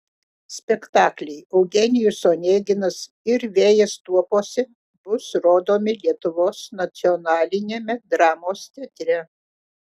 spektakliai eugenijus oneginas ir vėjas tuopose bus rodomi lietuvos nacionaliniame dramos teatre